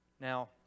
Now